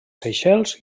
seychelles